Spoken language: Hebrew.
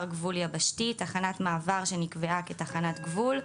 גבול יבשתי" תחנת מעבר שנקבעה כתחנת גבול,